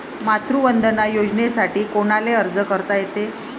मातृवंदना योजनेसाठी कोनाले अर्ज करता येते?